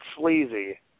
Sleazy